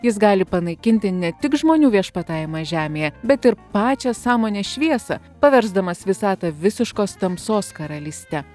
jis gali panaikinti ne tik žmonių viešpatavimą žemėje bet ir pačią sąmonės šviesą paversdamas visatą visiškos tamsos karalyste